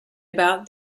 about